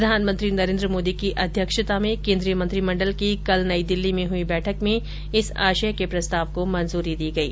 प्रधानमंत्री नरेंद्र मोदी की अध्यक्षता में केंद्रीय मंत्रिमंडल की कल नई दिल्ली में हुई बैठक में इस आशय के प्रस्ताव को मंजूरी दी गयी